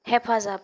हेफाजाब